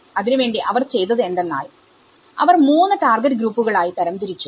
അതിന് വേണ്ടി അവർ ചെയ്തത് എന്തെന്നാൽ അവർ 3 ടാർഗറ്റ് ഗ്രൂപ്പുകളായിതരം തിരിച്ചു